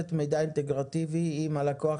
השתכנעו מהטיעונים שהבנקים כמו שהוא